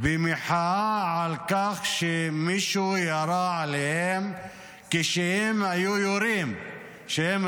במחאה על כך שמישהו ירה עליהם כשירו כשהיו